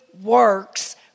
works